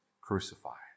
crucified